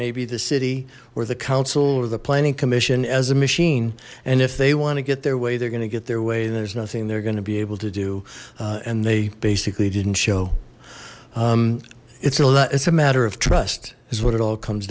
maybe the city or the council or the planning commission as a machine and if they want to get their way they're going to get their way and there's nothing they're going to be able to do and they basically didn't show it's a lot it's a matter of trust is what it all comes